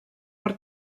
per